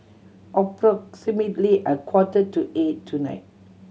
approximately a quarter to eight tonight